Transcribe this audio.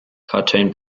cartoon